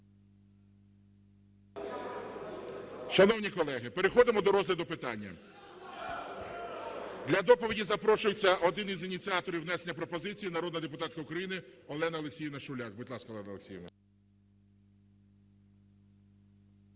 Шановні колеги, переходимо до розгляду питання. Для доповіді запрошується один із ініціаторів внесення пропозиції народна депутатка України Олена Олексіївна Шуляк. Будь ласка, Олена Олексіївна.